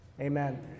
Amen